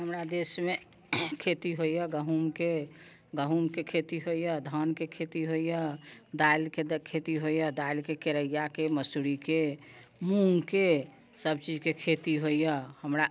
हमरा देशमे खेती होइया गहूँमके गहूँमके खेती होइया धानके खेती होइया दालिके खेती होइया दालिके केरैयाके मसुरीके मूंगके सभ चीजके खेती होइया हमरा